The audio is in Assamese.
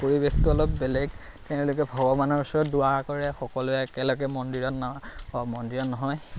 পৰিৱেশটো অলপ বেলেগ তেওঁলোকে ভগৱানৰ ওচৰত দোৱা কৰে সকলোৱে একেলগে মন্দিৰত নহয় মন্দিৰত নহয়